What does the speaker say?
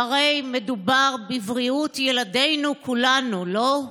והרי מדובר בבריאות ילדינו כולנו, לא?